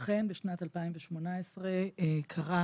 אכן, בשנת 2018, קרה